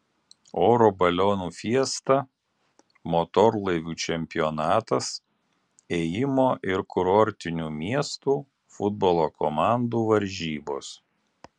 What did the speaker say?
oro balionų fiesta motorlaivių čempionatas ėjimo ir kurortinių miestų futbolo komandų varžybos